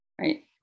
right